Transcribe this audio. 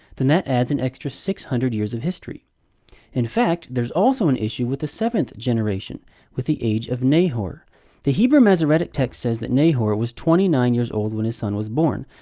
then that adds an extra six hundred years of history in fact, there's also an issue with the seventh generation with the age of nahor. the hebrew masoretic text says that nahor was twenty nine years old when his son was born.